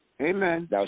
Amen